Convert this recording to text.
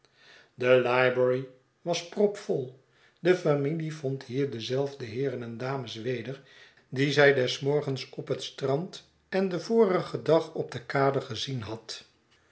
de library was propvol de familie vond hier dezelfde heeren en dames weder die zij des morgens op het strand en den vorigen dag op de kade gezien had